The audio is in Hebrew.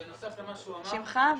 בנוסף למה שהוא אמר --- שמך?